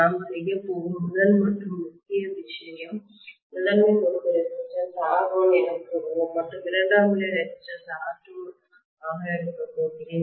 நாம் செய்யப் போகும் முதல் மற்றும் முக்கிய விஷயம் முதன்மை முறுக்கு ரெசிஸ்டன்ஸ் ஐ R1 என கூறுவோம் மற்றும் இரண்டாம் நிலை ரெசிஸ்டன்ஸ் ஐ R2 ஆக எடுக்கப் போகிறேன்